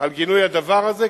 על גינוי הדבר הזה,